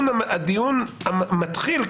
הדיון מתחיל,